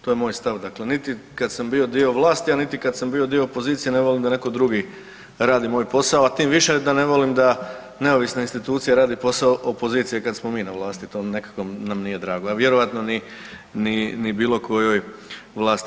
To je moj stav, dakle, niti kad sam bio dio vlasti a niti kad sam bio dio opozicije, ne volim da netko drugi radi moj posao a tim više da ne volim da neovisne institucije rade posao opozicije kad smo mi na vlasti, to nekako nam nije drago a vjerovatno ni bilokojoj vlasti.